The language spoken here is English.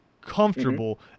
comfortable